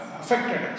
affected